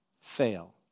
fail